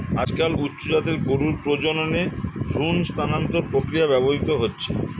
আজকাল উচ্চ জাতের গরুর প্রজননে ভ্রূণ স্থানান্তর প্রক্রিয়া ব্যবহৃত হচ্ছে